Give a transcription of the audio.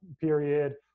period